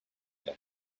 than